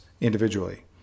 individually